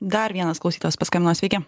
dar vienas klausytojas paskambino sveiki